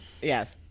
yes